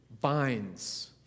binds